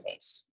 interface